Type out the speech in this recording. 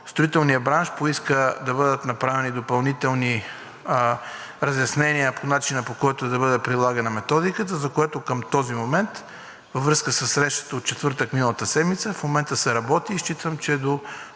строителният бранш поиска да бъдат направени допълнителни разяснения за начина, по който да бъде прилагана методиката, за което към този момент във връзка със срещата от четвъртък миналата седмица се работи. Считам, че може